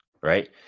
right